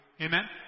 Amen